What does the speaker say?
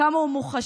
כמה הוא מוחשי,